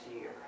year